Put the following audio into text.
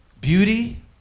beauty